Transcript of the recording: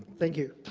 thank you.